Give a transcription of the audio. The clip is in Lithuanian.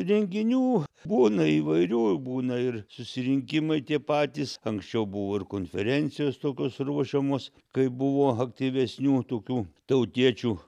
renginių būna įvairių būna ir susirinkimai tie patys anksčiau buvo ir konferencijos tokios ruošiamos kai buvo aktyvesnių tokių tautiečių